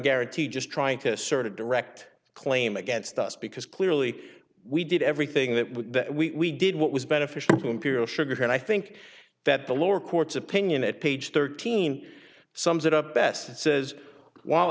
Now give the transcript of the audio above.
guarantee just trying to sort of direct claim against us because clearly we did everything that we did what was beneficial to imperial sugar and i think that the lower courts opinion at page thirteen sums it up best it says w